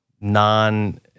non